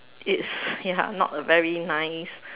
it's ya not a very nice